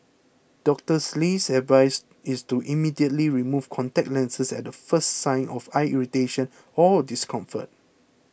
Doctor Lee's advice is to immediately remove contact lenses at the first sign of eye irritation or discomfort